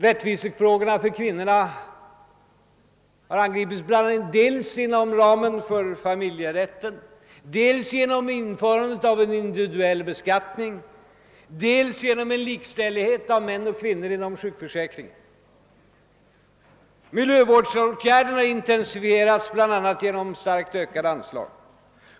Rättvisefrågorna för kvinnorna har tagits upp dels inom ramen för familjerätten, dels genom införandet av en individuell beskattning, dels genom likställighet. mellan män och kvinnor inom sjukförsäkringen. Miljövårdsåtgärderna har > intensifierats bl.a. genom starkt ökade anslag.